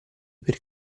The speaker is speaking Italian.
per